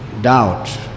doubt